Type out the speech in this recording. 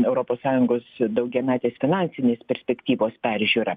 europos sąjungos daugiametės finansinės perspektyvos peržiūra